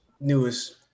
newest